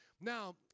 Now